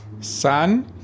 son